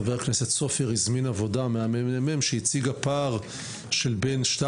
חבר הכנסת סופר הזמין עבודה מהממ"מ שהציגה פער של בין 2